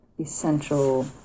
essential